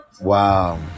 Wow